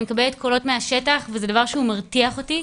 אני מקבלת קולות מהשטח וזה דבר שהוא מרתיח אותי.